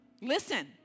Listen